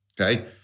okay